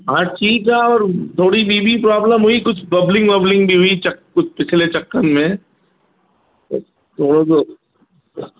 हा ठीकु आहे और थोरी ॿी बि प्रोब्लम हुई कुझु बब्लिंग वब्लिंग बि हुई चक कुझु पिछले चकनि में त थोरो सो